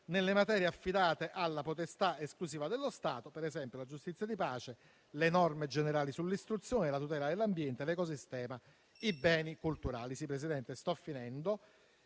nelle materie affidate alla potestà esclusiva dello Stato (per esempio, la giustizia di pace, le norme generali sull'istruzione, la tutela dell'ambiente, l'ecosistema o i beni culturali). L'obiettivo